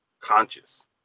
conscious